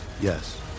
Yes